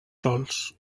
sòls